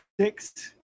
Six